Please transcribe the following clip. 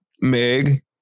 Meg